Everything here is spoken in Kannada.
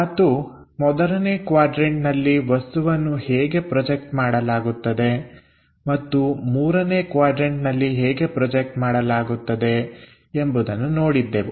ಮತ್ತು ಮೊದಲನೇ ಕ್ವಾಡ್ರನ್ಟ ನಲ್ಲಿ ವಸ್ತುವನ್ನು ಹೇಗೆ ಪ್ರೊಜೆಕ್ಟ್ ಮಾಡಲಾಗುತ್ತದೆ ಮತ್ತು ಮೂರನೇ ಕ್ವಾಡ್ರನ್ಟನಲ್ಲಿ ಹೇಗೆ ಪ್ರೊಜೆಕ್ಟ್ ಮಾಡಲಾಗುತ್ತದೆ ಎಂಬುದನ್ನು ನೋಡಿದ್ದೆವು